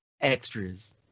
extras